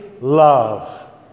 love